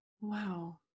Wow